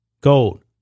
gold